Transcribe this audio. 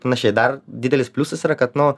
panačiai dar didelis pliusas yra kad nu